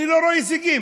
אני לא רואה הישגים.